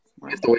right